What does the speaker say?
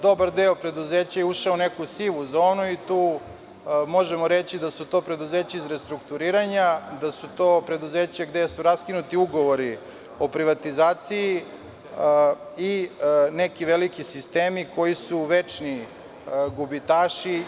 Dobar deo preduzeća je ušao u neku sivu zonu i tu možemo reći da su to preduzeća iz restrukturiranja, da su to preduzeća gde su raskinuti ugovori o privatizaciji i neki veliki sistemi koji su večni gubitaši.